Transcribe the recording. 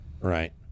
Right